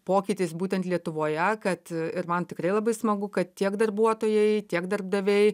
pokytis būtent lietuvoje kad ir man tikrai labai smagu kad tiek darbuotojai tiek darbdaviai